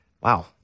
Wow